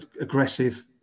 aggressive